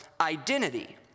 identity